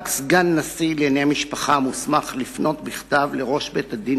רק סגן נשיא בית-המשפט לענייני משפחה מוסמך לפנות בכתב אל ראש בית-הדין